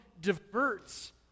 diverts